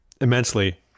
immensely